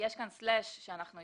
יש כאן סלש שהשארנו.